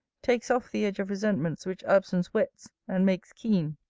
takes off the edge of resentments which absence whets, and makes keen.